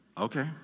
Okay